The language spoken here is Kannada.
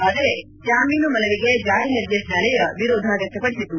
ಆದರೆ ಜಾಮೀನು ಮನವಿಗೆ ಜಾರಿ ನಿರ್ದೇಶನಾಲಯ ವಿರೋಧ ವ್ಯಕ್ತಪಡಿಸಿತು